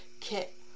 Kit